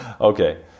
Okay